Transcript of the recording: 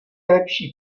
lepší